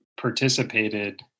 participated